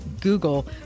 Google